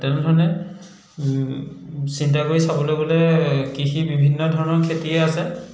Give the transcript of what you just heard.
তেনেধৰণে চিন্তা কৰি চাবলে গ'লে কৃষি বিভিন্ন ধৰণৰ খেতিয়ে আছে